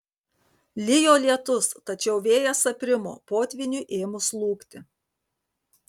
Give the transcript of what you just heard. lijo lietus tačiau vėjas aprimo potvyniui ėmus slūgti